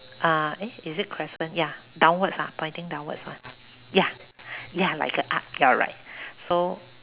uh eh is it crescent ya downwards ah pointing downwards [one] ya ya like a arc you're right so